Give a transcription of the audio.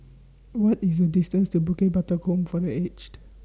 What IS The distance to Bukit Batok Home For The Aged